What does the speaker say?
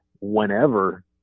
whenever